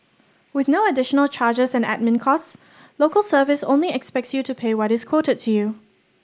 with no additional charges and admin costs Local Service only expects you to pay what is quoted to you